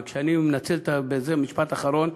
ואני מנצל בזה משפט אחרון: